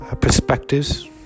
perspectives